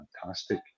fantastic